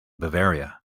bavaria